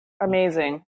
Amazing